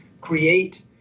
create